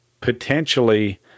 potentially